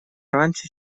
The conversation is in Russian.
раньше